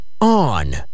on